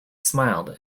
smiled